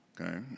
okay